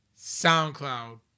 SoundCloud